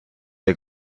der